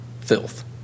filth